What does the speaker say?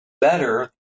better